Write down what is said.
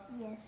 Yes